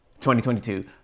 2022